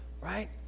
right